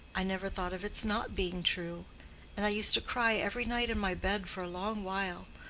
i never thought of its not being true and i used to cry every night in my bed for a long while.